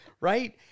Right